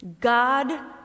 God